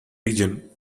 region